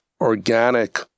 organic